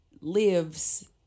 lives